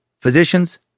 physicians